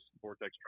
Vortex